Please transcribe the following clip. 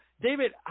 David